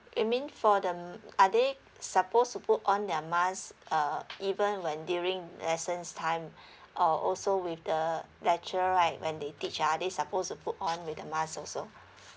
you mean for them are they supposed to put on their mask uh even when during lessons time or also with the lecturer right when they teach are they supposed to put on with the mask also